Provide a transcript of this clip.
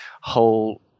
whole